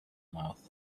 mouth